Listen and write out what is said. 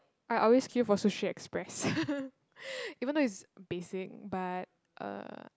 I always queue for Sushi-Express even though it's basic but uh